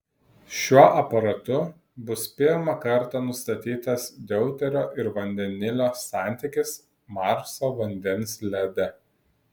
šiuo aparatu bus pirmą kartą nustatytas deuterio ir vandenilio santykis marso vandens lede